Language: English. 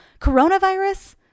Coronavirus